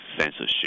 censorship